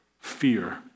fear